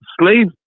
slave